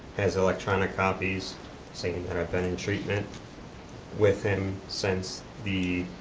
has electronic copies saying that i've been in treatment with him since the